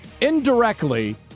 indirectly